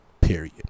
period